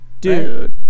Dude